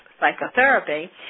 psychotherapy